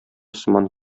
сыман